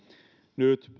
nyt